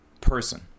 person